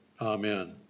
Amen